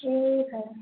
ठीक है